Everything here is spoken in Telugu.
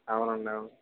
అవునండి అవును